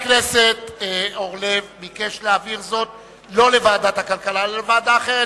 חבר הכנסת אורלב ביקש להעביר זאת לא לוועדת הכלכלה אלא לוועדה אחרת,